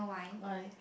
why